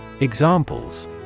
Examples